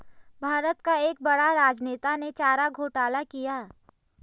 भारत का एक बड़ा राजनेता ने चारा घोटाला किया